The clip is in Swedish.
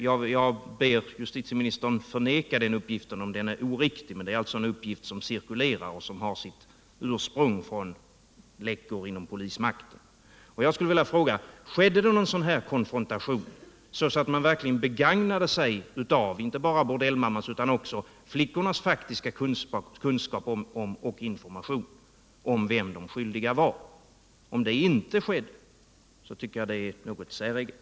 Jag ber justitieministern förneka den uppgiften, om den är oriktig, men det är alltså en uppgift som cirkulerar och som har sitt ursprung i läckor inom polismakten. Jag skulle vilja fråga: Företogs någon konfrontation, och begagnade man sig då inte bara av bordellmammans utan också av flickornas faktiska kunskaper, och informerade man sig om vilka de skyldiga var? Om så inte skedde, tycker jag det är något säreget.